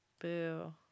Boo